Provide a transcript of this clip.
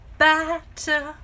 better